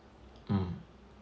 mm